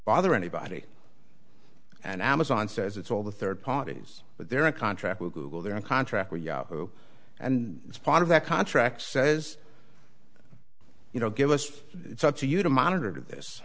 bother anybody and amazon says it's all the third parties but there are a contract with google they're on contract and it's part of that contract says you know give us it's up to you to monitor t